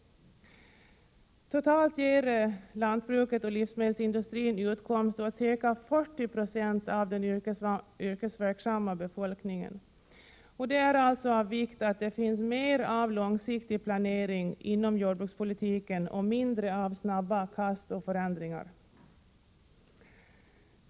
Totalt ger lantbruket och livsmedelsindustrin utkomst åt ca 40 26 av den yrkesverksamma befolkningen. Det är alltså av vikt att det finns mer av långsiktig planering inom jordbrukspolitiken och mindre av snabba kast och förändringar.